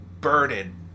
burden